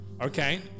Okay